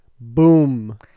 boom